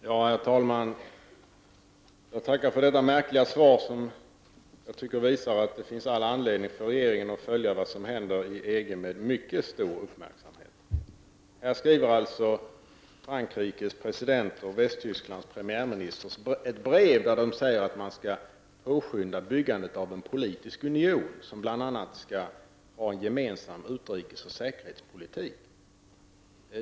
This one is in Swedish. Herr talman! Jag tackar för detta märkliga svar, som jag tycker visar att det finns all anledning för regeringen att med mycket stor uppmärksamhet följa vad som händer i EG. Här skriver alltså Frankrikes president och Västtysklands premiärminister ett brev, där de säger att man skall påskynda byggandet av en politisk union som bl.a. skall ha en gemensam utrikesoch säkerhetspolitik.